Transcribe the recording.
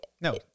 No